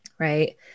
Right